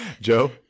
Joe